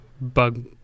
bug